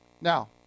Now